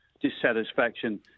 dissatisfaction